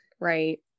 Right